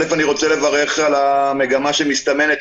אני רוצה לברך על המגמה שמסתמנת,